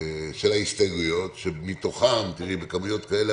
של הסתייגויות בכמויות כאלה,